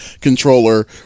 controller